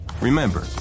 remember